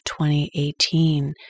2018